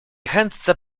chętce